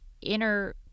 inner